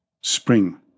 Spring